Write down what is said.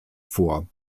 vor